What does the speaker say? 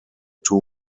two